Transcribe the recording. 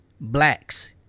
blacks